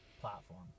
platform